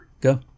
Go